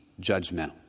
judgmental